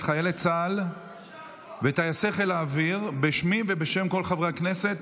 את חיילי צה"ל ואת טייסי חיל האוויר בשמי ובשם כל חברי הכנסת.